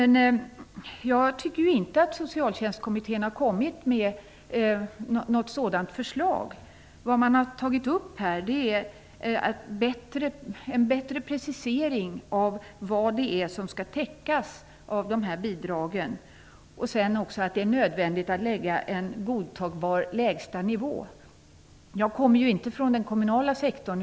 Jag tycker inte att Socialtjänstkommittén har kommit med något sådant förslag. Man har gjort en bättre precisering av vad det är som skall täckas av de här bidragen, och man har sagt att det är nödvändigt att lägga en godtagbar lägsta nivå. Jag kommer inte från den kommunala sektorn.